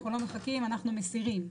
אנחנו לא מחכים ואנחנו מסירים..".